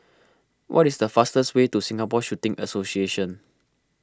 what is the fastest way to Singapore Shooting Association